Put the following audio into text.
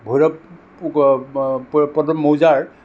ভৈৰৱ মৌজাৰ